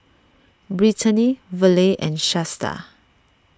Britany Verle and Shasta